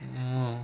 oh